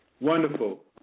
Wonderful